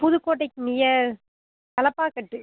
புதுக்கோட்டைக்கு near Thalappakatti